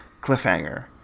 cliffhanger